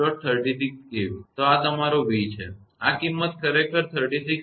36 kV તો આ તમારો 𝑣 છે આ કિંમત ખરેખર 36